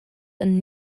and